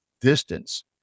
distance